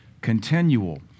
Continual